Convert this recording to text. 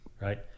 right